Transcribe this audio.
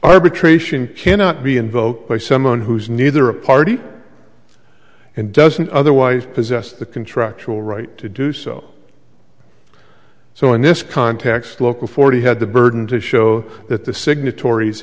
arbitration cannot be invoked by someone who is neither a party and doesn't otherwise possess the contractual right to do so so in this context local forty had the burden to show that the signator